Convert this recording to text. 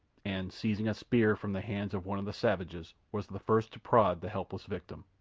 and, seizing a spear from the hands of one of the savages, was the first to prod the helpless victim.